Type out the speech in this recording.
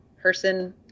person